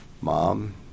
mom